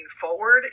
forward